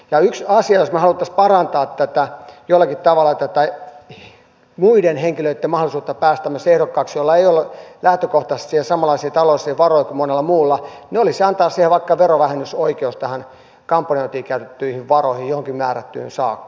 ja yksi asia jos me haluaisimme parantaa jollakin tavalla myös näiden muiden henkilöitten mahdollisuutta päästä valituksi joilla ei ole siihen lähtökohtaisesti samanlaisia taloudellisia varoja kuin monella muulla olisi antaa vaikka verovähennysoikeus tähän kampanjointiin käytettyihin varoihin johonkin määrättyyn summaan saakka